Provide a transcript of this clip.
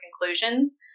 conclusions